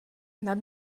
nad